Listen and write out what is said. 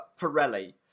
Pirelli